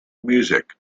music